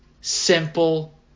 simple